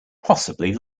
possibly